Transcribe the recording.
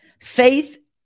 faith